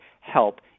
help